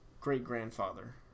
great-grandfather